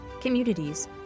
communities